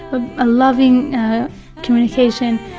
ah a loving communication,